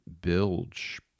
bilge